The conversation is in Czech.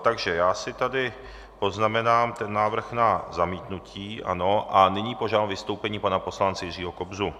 Takže já si tady poznamenám ten návrh na zamítnutí, ano, a nyní požádám o vystoupení pana poslance Jiřího Kobzu.